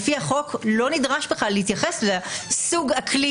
לפי החוק לא נדרש בכלל להתייחס לסוג הכלי